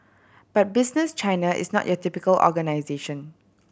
but Business China is not your typical organisation